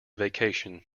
vacation